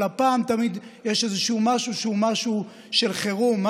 אבל הפעם יש איזשהו משהו שהוא משהו של חירום,